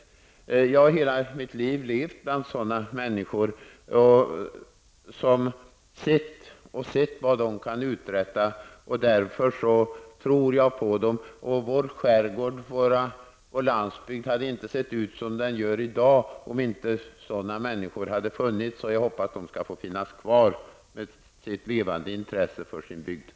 Jag har hela mitt liv levt bland sådana människor och sett vad de kan uträtta. Därför tror jag på dem. Vår skärgård och vår landsbygd hade inte sett ut som den gör i dag om inte sådana människor hade funnits. Jag hoppas att de skall få finnas kvar med sitt levande intresse för bygden.